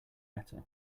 better